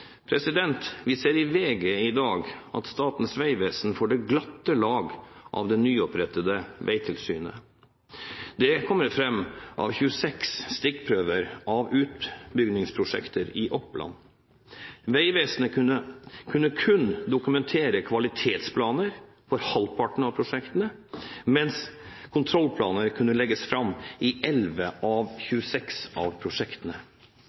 Vi ser i VG i dag at Statens vegvesen får det glatte lag av det nyopprettede Vegtilsynet. Det kommer fram av 26 stikkprøver av utbyggingsprosjekter i Oppland. Vegvesenet kunne kun dokumentere kvalitetsplaner for halvparten av prosjektene, mens kontrollplaner kunne legges fram i 11 av 26 av prosjektene.